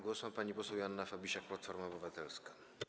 Głos ma pani poseł Joanna Fabisiak, Platforma Obywatelska.